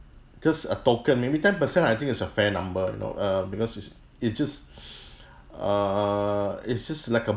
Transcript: just a token maybe ten percent I think it's a fair number you know uh because it's it's just err it's just like a